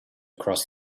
cross